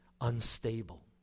unstable